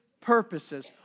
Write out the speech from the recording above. purposes